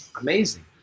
Amazing